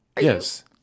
Yes